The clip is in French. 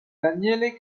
daniele